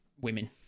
women